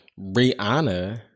Rihanna